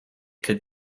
could